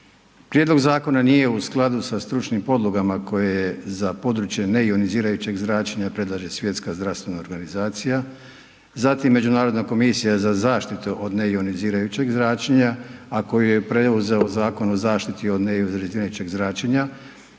Prijedlog zakona nije u skladu sa stručnim podlogama koji je za područje neionizirajućeg zračenja predlaže Svjetska zdravstvena organizacija, zatim Međunarodna komisija za zaštitu od neionizirajućeg zračenja a koji je preuzeo Zakon o zaštiti od neionizirajućeg zračenja